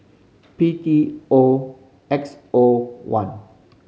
P T O X O one